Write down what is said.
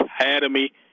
Academy